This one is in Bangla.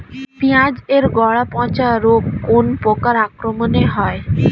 পিঁয়াজ এর গড়া পচা রোগ কোন পোকার আক্রমনে হয়?